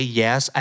yes